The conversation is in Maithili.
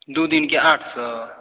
दू दिनके आठ सए